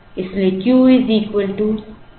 इसलिए Q P x t 1